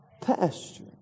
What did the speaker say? Pasture